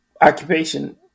occupation